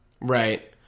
Right